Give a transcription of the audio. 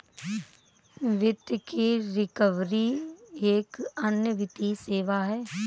वित्त की रिकवरी एक अन्य वित्तीय सेवा है